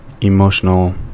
emotional